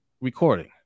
recording